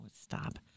Stop